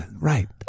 right